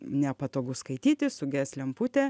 nepatogu skaityti suges lemputė